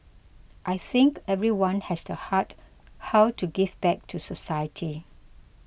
I think everyone has the heart how to give back to society